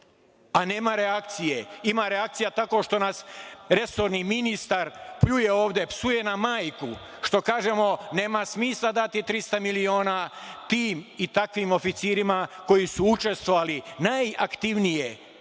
a nema reakcije. Ima reakcija tako što nas resorni ministar pljuje ovde, psuje nam majku što kažemo da nema smisla dati 300 miliona tim i takvim oficirima koji su učestvovali, najaktivnije,